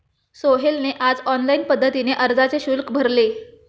सोहेलने आज ऑनलाईन पद्धतीने अर्जाचे शुल्क भरले